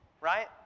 Right